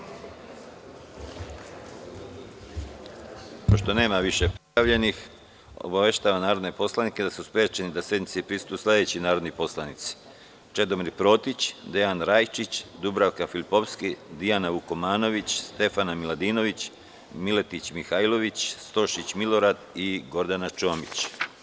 Pošto više nema prijavljenih, obaveštavam narodne poslanike da su sprečeni da sednici prisustvuju sledeći narodni poslanici: Čedomir Protić, Dejan Rajčić, Dubravka Filipovski, Dijana Vukomanović, Stefana Miladinović, Miletić Mihajlović, Stošić Milorad i Gordana Čomić.